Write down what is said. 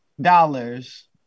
dollars